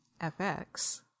FX